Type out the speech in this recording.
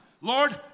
Lord